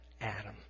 Adam